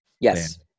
Yes